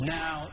now